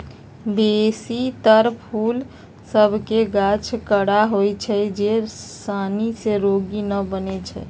बेशी तर फूल सभ के गाछ कड़ा होइ छै जे सानी से रोगी न बनै छइ